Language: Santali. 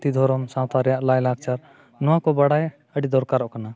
ᱡᱟᱹᱛᱤ ᱫᱷᱚᱨᱚᱢ ᱥᱟᱶᱛᱟ ᱨᱮᱭᱟᱜ ᱞᱟᱭᱼᱞᱟᱠᱪᱟᱨ ᱱᱚᱣᱟ ᱠᱚ ᱵᱟᱲᱟᱭ ᱟᱹᱰᱤ ᱫᱚᱨᱠᱟᱨᱚᱜ ᱠᱟᱱᱟ